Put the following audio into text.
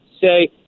say